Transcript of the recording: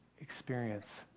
experience